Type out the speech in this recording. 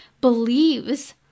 believes